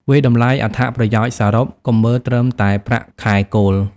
វាយតម្លៃអត្ថប្រយោជន៍សរុប កុំមើលត្រឹមតែប្រាក់ខែគោល។